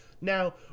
Now